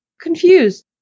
confused